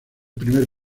primer